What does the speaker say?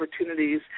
opportunities